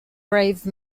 brave